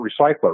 recycler